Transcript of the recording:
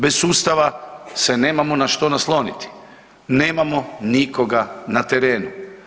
Bez sustava se nemamo na što nasloniti, nemamo nikoga na terenu.